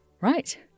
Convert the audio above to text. right